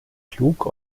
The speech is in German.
klug